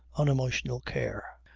unemotional care.